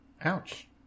Ouch